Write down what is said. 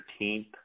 13th